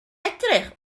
edrych